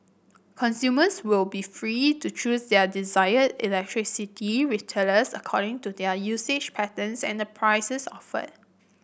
consumers will be free to choose their desired electricity retailers according to their usage patterns and the prices offered